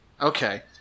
okay